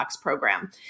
program